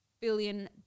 billion